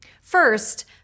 First